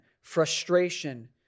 frustration